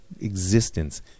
existence